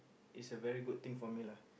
it's a very good thing for me lah